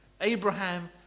Abraham